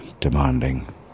demanding